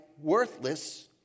worthless